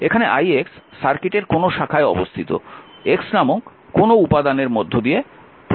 এখানে ix সার্কিটের কোনও শাখায় অবস্থিত x নামক কোনও উপাদানের মধ্য দিয়ে প্রবাহিত কারেন্ট হতে পারে